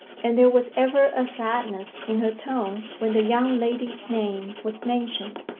and there was ever a sadness in her tone when the young lady's name was mentioned,